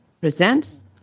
presents